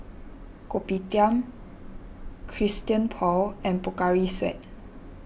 Kopitiam Christian Paul and Pocari Sweat